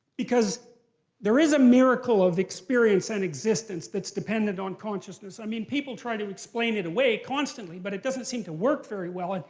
because there is a miracle of experience and existence that's dependent on consciousness. i mean, people try to explain it away constantly, but it doesn't seem to work very well.